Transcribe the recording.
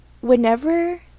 whenever